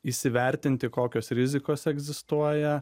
įsivertinti kokios rizikos egzistuoja